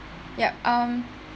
ya um